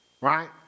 right